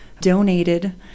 donated